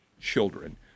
children